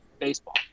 baseball